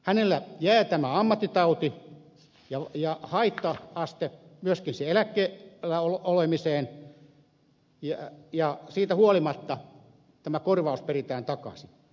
hänelle jää ammattitauti ja haitta aste myöskin kun hän on eläkkeellä ja siitä huolimatta tämä korvaus peritään takaisin